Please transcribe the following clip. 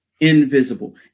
invisible